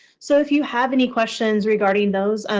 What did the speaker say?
so if you have any questions regarding those,